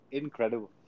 incredible